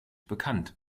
bekannt